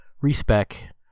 respec